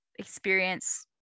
experience